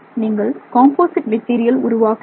நீங்கள் composite material உருவாக்குகிறீர்கள்